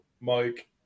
Mike